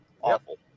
Awful